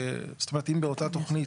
זאת אומרת אם באותה תוכנית,